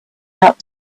out